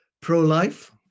Pro-life